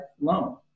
loan